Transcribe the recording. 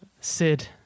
Sid